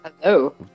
Hello